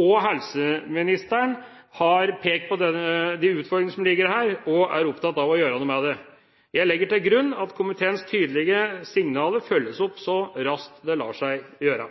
og helseministeren har pekt på de utfordringene som ligger her, og er opptatt av å gjøre noe med det. Jeg legger til grunn at komiteens tydelige signaler følges opp så raskt det lar seg gjøre.